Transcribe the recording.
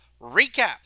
recap